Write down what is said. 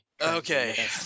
Okay